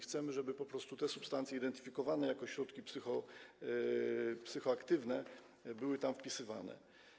Chcemy, żeby po prostu te substancje identyfikowane jako środki psychoaktywne były tam wpisywane.